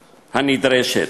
הנדרשת.